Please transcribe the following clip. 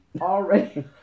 already